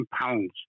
pounds